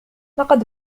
لقد